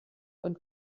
und